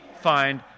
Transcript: find